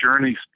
journey